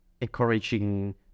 encouraging